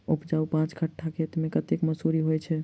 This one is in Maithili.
उपजाउ पांच कट्ठा खेत मे कतेक मसूरी होइ छै?